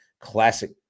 classic